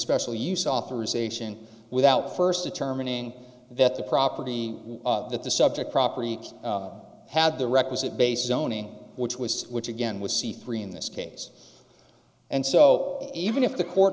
special use authorization without first determining that the property that the subject property had the requisite bases owning which was which again was c three in this case and so even if the court